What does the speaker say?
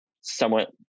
somewhat